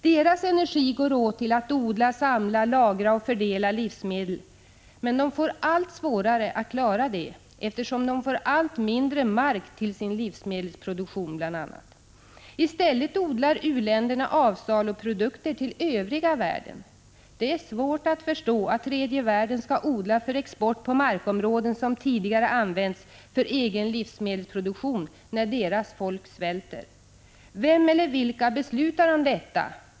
Deras energi går åt till att odla, samla, lagra och fördela livsmedel. Men de får allt svårare att klara det, bl.a. eftersom de får allt mindre mark till sin livsmedelsproduktion. I stället odlar u-länderna avsaluprodukter till övriga världen. Det är svårt att förstå att tredje världen skall odla för export på markområden som tidigare använts för egen livsmedelsproduktion, när deras folk svälter. Vem eller vilka beslutar om detta?